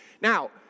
Now